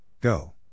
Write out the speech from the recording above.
Go